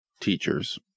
teachers